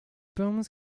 bombs